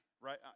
Right